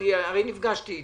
נפגשתי אתך,